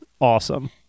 awesome